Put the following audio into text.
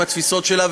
עם התפיסות שלה,